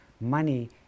Money